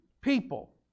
people